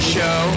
Show